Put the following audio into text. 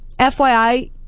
FYI